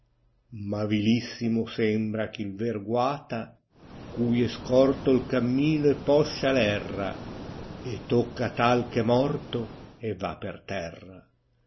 ma vilissimo sembra a chim ver guata cui è scorto il cammino e poscia v erra e tocca a tal chè morto e va per terra